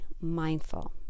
mindful